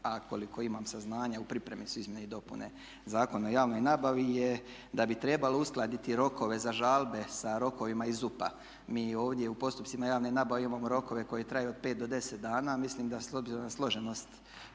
a koliko imam saznanja u pripremi su izmjene i dopune Zakona o javnoj nabavi, jest da bi trebalo uskladiti rokove za žalbe sa rokovima iz ZUP-a. Mi ovdje u postupcima javne nabave imamo rokove koji traju od 5 do 10 dana, a mislim da s obzirom